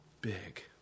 Big